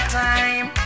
time